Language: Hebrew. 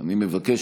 אני מבקש,